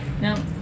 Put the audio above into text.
No